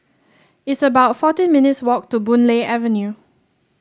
it's about fourteen minutes' walk to Boon Lay Avenue